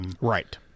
right